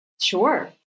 Sure